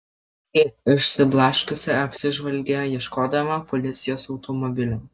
ji išsiblaškiusi apsižvalgė ieškodama policijos automobilio